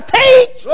teach